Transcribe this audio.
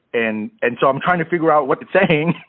and and so i'm trying to figure out what it's saying.